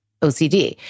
OCD